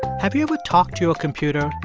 have you ever talked to your computer,